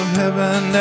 heaven